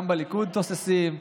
גם בליכוד תוססים,